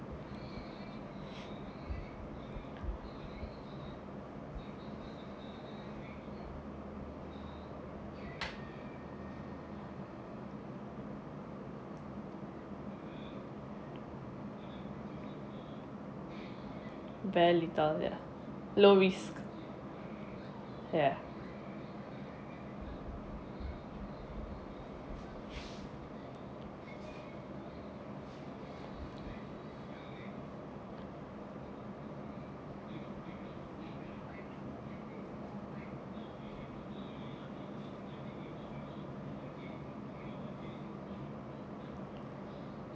barely low risk ya